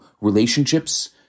relationships